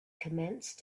commenced